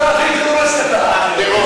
אתה הכי טרוריסט, אתה.